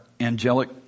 angelic